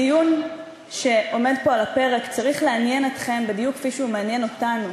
הדיון שעומד פה על הפרק צריך לעניין אתכם בדיוק כפי שהוא מעניין אותנו,